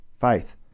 faith